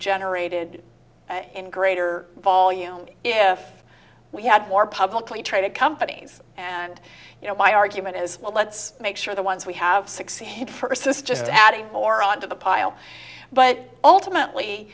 generated in greater volume if we had more publicly traded companies and you know my argument is well let's make sure the ones we have succeed for us this just adding more onto the pile but ultimately